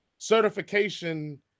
Certification